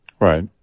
Right